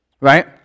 right